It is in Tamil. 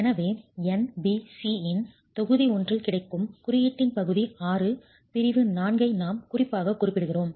எனவே NBC இன் தொகுதி ஒன்றில் கிடைக்கும் குறியீட்டின் பகுதி 6 பிரிவு 4 ஐ நாம் குறிப்பாகக் குறிப்பிடுகிறோம்